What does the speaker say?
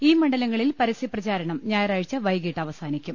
ഈ മണ്ഡലങ്ങളിൽ പരസ്യ പ്രചാരണം ഞായറാഴ്ച വൈകീട്ട് അവസാനിക്കും